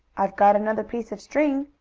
i've got another piece of string.